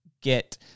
get